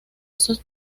esos